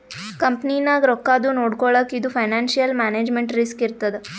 ಕಂಪನಿನಾಗ್ ರೊಕ್ಕಾದು ನೊಡ್ಕೊಳಕ್ ಇದು ಫೈನಾನ್ಸಿಯಲ್ ಮ್ಯಾನೇಜ್ಮೆಂಟ್ ರಿಸ್ಕ್ ಇರ್ತದ್